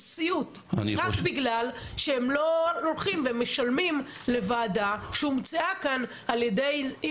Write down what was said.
לסיוט רק בגלל שהם לא לוקחים ומשלמים לוועדה שהומצאה כאן על ידי ---,